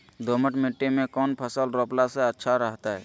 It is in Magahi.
दोमट मिट्टी में कौन फसल रोपला से अच्छा रहतय?